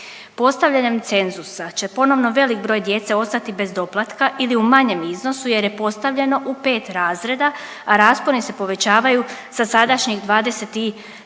Postavljanjem cenzusa će ponovno velik broj djece ostati bez doplatka ili u manjem iznosu jer je postavljeno u 5 razreda, a rasponi se povećavaju sa sadašnjih 27